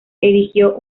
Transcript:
erigió